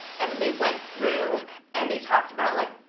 and then they went through and they talked about, like,